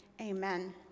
amen